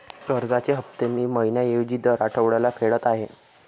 कर्जाचे हफ्ते मी महिन्या ऐवजी दर आठवड्याला फेडत आहे